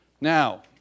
Now